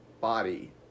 Body